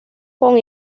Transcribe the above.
con